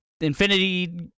Infinity